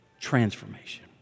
Transformation